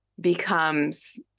becomes